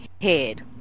head